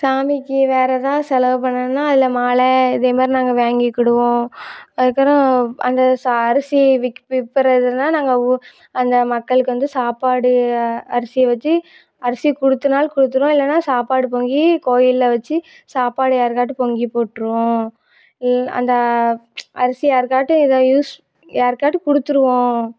சாமிக்கு வேறு ஏதாவது செலவு பண்ணணுன்னால் அதில் மால இதேமாரி நாங்கள் வாங்கிக்கிடுவோம் அதுக்கப்புறம் அந்த சா அரிசியை விக் விற்பறதுனா நாங்கள் ஊ அந்த மக்களுக்கு வந்து சாப்பாடு அரிசியை வச்சு அரிசி கொடுத்துனாலும் கொடுத்துடுவோம் இல்லைன்னா சாப்பாடு பொங்கி கோவிலில் வச்சு சாப்பாடு யாருக்காட்டு பொங்கி போட்டுடுவோம் எ அந்த அரிசியை யாருக்காட்டு இதை யூஸ் யாருக்காட்டு கொடுத்துருவோம்